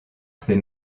ces